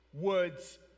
words